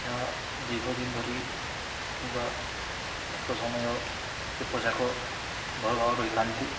ଏହା ଦୀର୍ଘ ଦିନ ଧରି କିମ୍ବା ଅଧିକ ସମୟ ସେ ପୋଷାକ ଭଲ ଭାବରେ ରହିଥାନ୍ତି